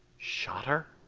shot her?